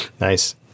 Nice